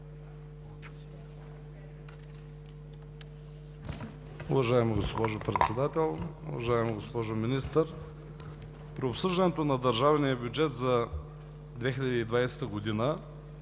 Уважаема госпожо Председател, уважаема госпожо Министър! При обсъждането на държавния бюджет за 2020 г.